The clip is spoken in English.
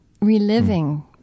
reliving